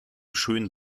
schön